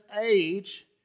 age